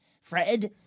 Fred